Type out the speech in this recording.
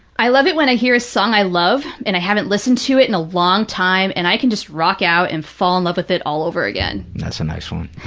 i love it when i hear a song i love and i haven't listened to it in a long time and i can just rock out and fall in love with it all over again. that's a nice one.